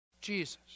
Jesus